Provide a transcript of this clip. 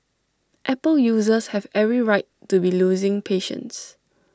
Apple users have every right to be losing patience